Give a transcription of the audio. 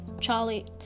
Charlie